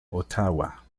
ottawa